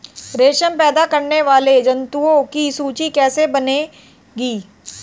रेशम पैदा करने वाले जंतुओं की सूची कैसे बनेगी?